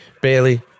Bailey